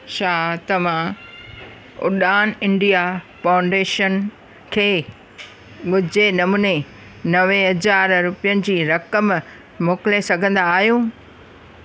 छा तव्हां Udaan India foundation खे मुहिंजे नमूने नवे हज़ार रुपियनि जी रक़म मोकिले सघंदा आहियो